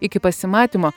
iki pasimatymo